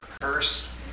curse